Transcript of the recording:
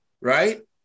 right